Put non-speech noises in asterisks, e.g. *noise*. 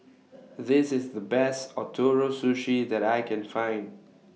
*noise* This IS The Best Ootoro Sushi that I Can Find